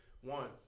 one